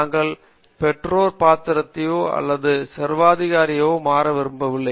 நாங்கள் பெற்றோர் பாத்திரத்தையோ அல்லது சர்வாதிகாரியாகவோ மாற விரும்பவில்லை